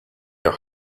your